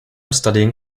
studying